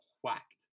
whacked